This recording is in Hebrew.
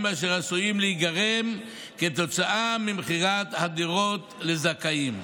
אשר עשויים להיגרם ממכירת הדירות לזכאים.